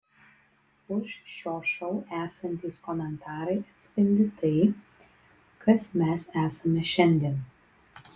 už šio šou esantys komentarai atspindi tai kas mes esame šiandien